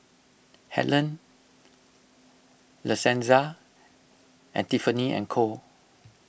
Helen La Senza and Tiffany and Co